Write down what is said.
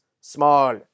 small